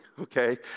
okay